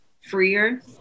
freer